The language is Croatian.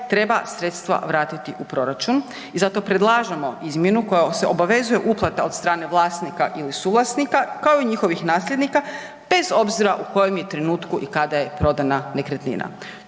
treba sredstva vratiti u proračun i zato predlažemo izmjenu koja obvezuju uplatu od strane vlasnika ili suvlasnika, kao i njihovih nasljednika bez obzira u kojem je trenutku i kada je prodana nekretnina.